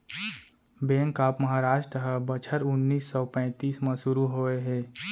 bank of Maharashtra ह बछर उन्नीस सौ पैतीस म सुरू होए हे